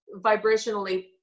vibrationally